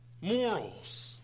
morals